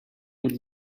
would